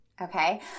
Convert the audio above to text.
Okay